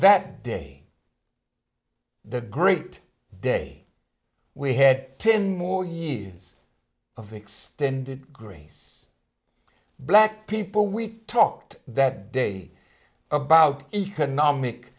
that day the great day we had ten more years of extended grace black people we talked that day about economic